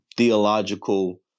theological